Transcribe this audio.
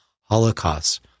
holocaust